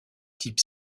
type